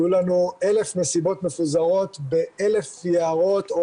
יהיו לנו 1,000 מסיבות מפוזרות ב-1,000 יערות או